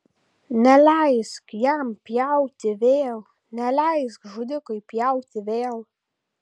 neleisk jam pjauti vėl neleisk žudikui pjauti vėl